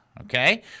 okay